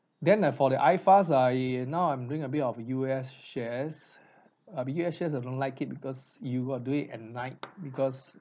then uh for iFAST I now I'm doing a bit of U_S shares uh but U_S shares I don't like it because you got do it at night because